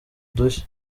dushya